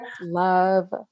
love